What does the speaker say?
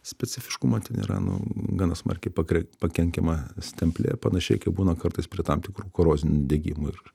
specifiškumo ten yra nu gana smarkiai pakrei pakenkiama stemplė panašiai kaip būna kartais prie tam tikrų korozinių nudegimų ir